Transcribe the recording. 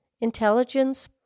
Intelligence